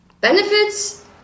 Benefits